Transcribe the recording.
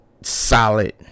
solid